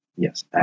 Yes